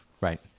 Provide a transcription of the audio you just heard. Right